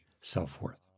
self-worth